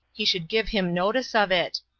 he should give him notice of it,